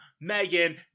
Megan